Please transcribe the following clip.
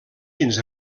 fins